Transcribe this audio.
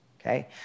Okay